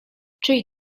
czyj